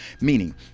Meaning